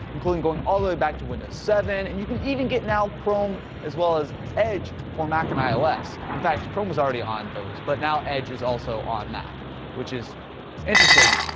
including going all they way back to windows seven, and you can even get now chrome as well as edge for mac and ios, in fact, chrome was already on those, but now edge is also on mac which is interesting.